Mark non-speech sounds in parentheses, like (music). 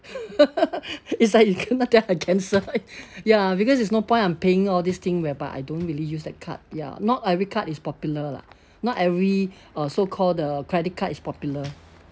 (laughs) it's like you cannot tell I cancel ya because it's no point I'm paying all this thing whereby I don't really use that card ya not every card is popular lah not every uh so-called the credit card is popular